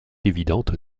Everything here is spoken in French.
évidente